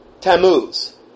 Tammuz